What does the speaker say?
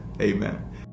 amen